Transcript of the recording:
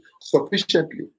sufficiently